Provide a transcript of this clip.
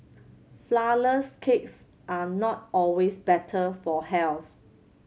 cakes are not always better for health